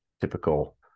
typical